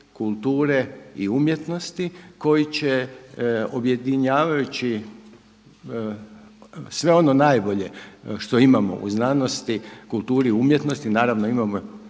kulture i umjetnosti koji će objedinjavajući sve ono najbolje što imamo u znanosti, kulturu i umjetnosti naravno imamo